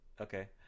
Okay